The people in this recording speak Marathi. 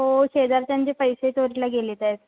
हो शेजारच्यांचे पैसे चोरीला गेलेत आहेत